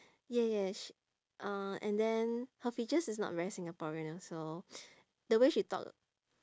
yes yes uh and then her features is not very singaporean also the way she talk